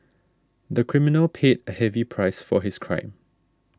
the criminal paid a heavy price for his crime